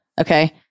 Okay